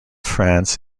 france